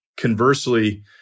conversely